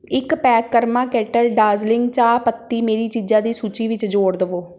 ਇੱਕ pack Karma kettle Darjeeling ਚਾਹ ਪੱਤੀ ਮੇਰੀ ਚੀਜ਼ਾਂ ਦੀ ਸੂਚੀ ਵਿੱਚ ਜੋੜ ਦਵੋ